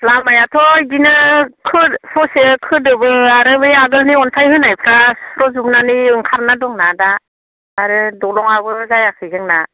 लामायाथ' बिदिनो खो ससे खोदोबो आरो बे आगोलनि अन्थाइ होनायफ्रा सुस्र' जोबनानै ओंखारना दं ना दा आरो दलङाबो जायाखै जोंना